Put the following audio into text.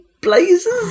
Blazers